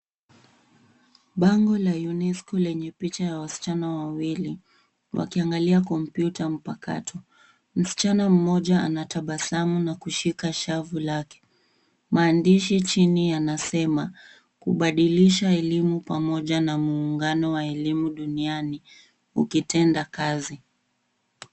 Bango la Unesco lenye picha ya wasichana wawili wakiagalia komputa mpakato. Msichana mmoja anatabasamu na kushika shavu lake maadishi chini yanasema kubadilisha elimu pamoja na muugano wa elimu duniani ukitenda kazi.